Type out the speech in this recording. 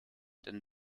denn